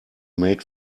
made